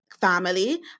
family